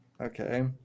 okay